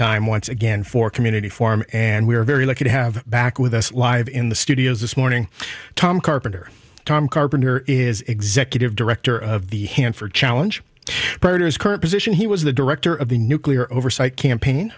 time once again for community form and we're very lucky to have back with us live in the studio this morning tom carpenter tom carpenter is executive director of the hanford challenge perjures current position he was the director of the nuclear oversight campaign